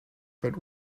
but